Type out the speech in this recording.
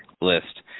list